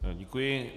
Děkuji.